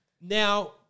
Now